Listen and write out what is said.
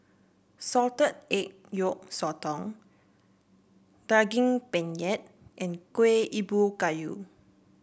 Salted Egg Yolk Sotong Daging Penyet and Kueh Ubi Kayu